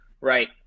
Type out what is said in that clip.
right